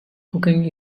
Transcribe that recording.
cooking